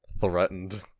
threatened